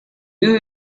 you